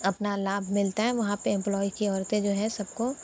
अपना लाभ मिलता हैं वहां पर एम्प्लोयी की औरतें जो हैं सबको